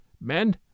men